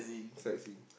sightseeing